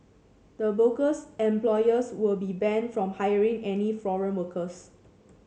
the bogus employers will be banned from hiring any foreign workers